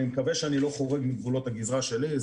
אני מקווה שאני לא חורג מגבולות הגזרה שלי.